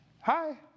Hi